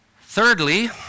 Thirdly